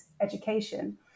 education